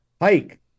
hike